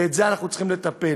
ובזה אנחנו צריכים לטפל.